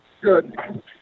Good